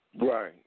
Right